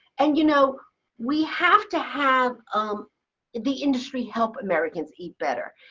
and you know we have to have um the industry help americans eat better.